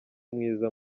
mwiza